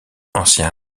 ancien